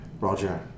Roger